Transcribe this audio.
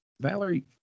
Valerie